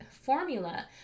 formula